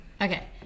Okay